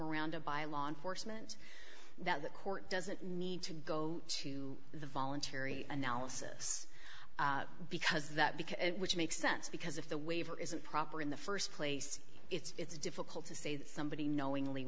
around a by law enforcement that the court doesn't need to go to the voluntary analysis because that because which makes sense because if the waiver isn't proper in the st place it's difficult to say that somebody knowingly